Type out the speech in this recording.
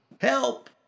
Help